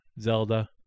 Zelda